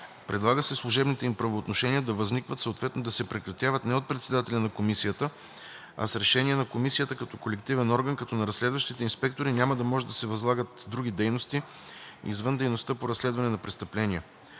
Предлага се служебните им правоотношения да възникват, съответно да се прекратяват, не от председателя на Комисията, а с решение на Комисията като колективен орган, като на разследващите инспектори няма да може да се възлагат други дейности извън дейността по разследване на престъпления.